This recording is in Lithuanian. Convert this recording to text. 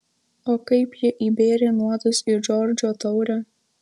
o kaip ji įbėrė nuodus į džordžo taurę